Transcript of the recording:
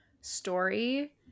story